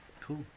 cool